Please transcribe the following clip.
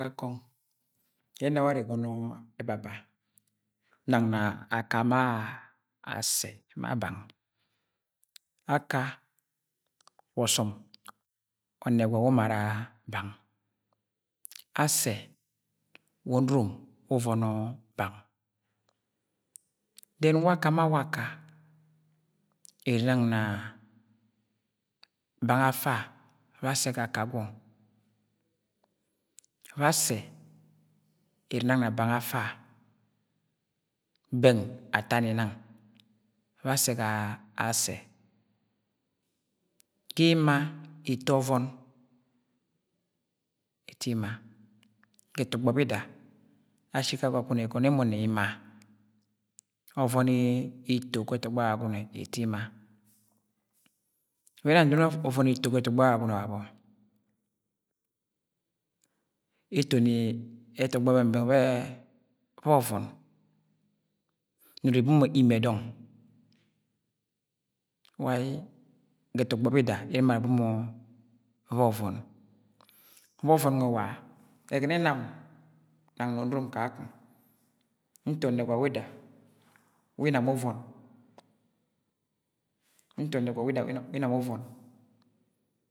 . yẹ ẹna warẹ igọnọ ẹbaba nang na Aka ma Asẹ ma bang, Aka wa ọsọm ọnẹgwa wu umara bang, Ase wa onurom wu uvono bang dẹn waka ma waka ere nang na bang afa bẹ assẹ ga aka gwọng, ba Asẹ ere nang na bang afa bẹng atani nang bẹ assẹ ga Asẹ, ga ima ito ọvọn ito ima, ga ẹtọgbọ biida asuibga agwagune igọnọ emo na ima ọvẹn ito ga ẹtọgbọ agwagune itob ima bẹ ẹna ndod nne ovon ito ga etogbo agwagune wabọ, etoni etọgbọ bẹng–bẹng be bọ ọvọn nuo ibo mọ imiẹ dọng, why ga ẹtọgbọ bida dmo abo mọ bọ ọvọn, bọ ọvọn egogono onurom kakung nto onẹgwa wida wẹ inam uvọn, nto onegwa wida we inam uvọn.